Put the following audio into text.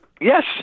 yes